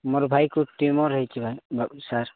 ମୋର ଭାଇକୁ ଟ୍ୟୁମର୍ ହୋଇଛି ଭାଇ ସାର୍